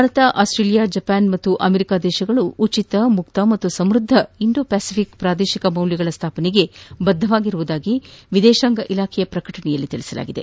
Bharat Australia Japan ಮತ್ತು America ದೇಶಗಳು ಉಚಿತ ಮುಕ್ತ ಹಾಗೂ ಸಮ್ಖದ್ದಿ ಇಂಡೋ ಫೆಸಿಫಿಕ್ ಪ್ರಾದೇಶಿಕ ಮೌಲ್ಲಗಳ ಸ್ಥಾಪನೆಗೆ ಬದ್ದವಾಗಿರುವುದಾಗಿ ವಿದೇಶಾಂಗ ಇಲಾಖೆ ಪ್ರಕಟಣೆಯಲ್ಲಿ ತಿಳಿಸಿದೆ